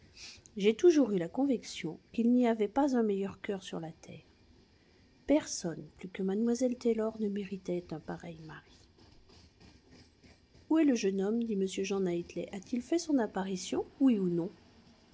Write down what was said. j'ai toujours eu la conviction qu'il n'y a pas un meilleur cœur sur la terre personne plus que mlle taylor ne méritait un pareil mari où est le jeune homme dit m jean knightley a-t-il fait son apparition oui ou non